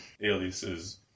aliases